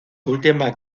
última